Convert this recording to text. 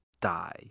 die